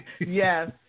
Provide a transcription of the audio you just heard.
Yes